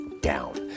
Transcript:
down